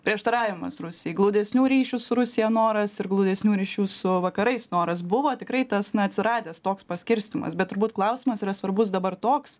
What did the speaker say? prieštaravimas rusijai glaudesnių ryšių su rusija noras ir glaudesnių ryšių su vakarais noras buvo tikrai tas na atsiradęs toks paskirstymas bet turbūt klausimas yra svarbus dabar toks